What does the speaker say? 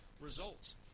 results